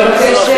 הנקודה הובנה,